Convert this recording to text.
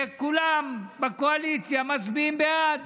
וכולם בקואליציה מצביעים בעד.